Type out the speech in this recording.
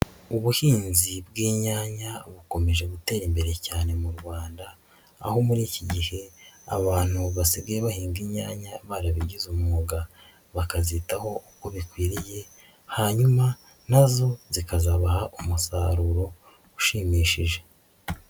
Ubuhinzi bw'inyanya bukomeje gutera imbere cyane mu Rwanda aho muri iki gihe abantu basigaye bahinga imyanya barabigize umwuga, bakazitaho uko bikwiriye hanyuma na zo zikazabaha umusaruro ushimishije.